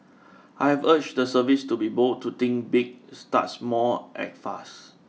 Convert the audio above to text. I've urged the service to be bold to think big start small act fast